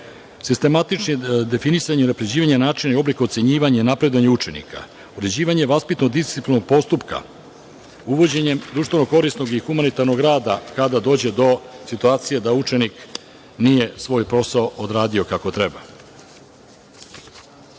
strukom. Sistematično definisanje i unapređivanje načina i oblika ocenjivanja i napredovanja učenika, određivanje vaspitno-disciplinskog postupka, uvođenjem društveno korisnog i humanitarnog rada kada dođe do situacije da učenik nije svoj posao odradio kako treba.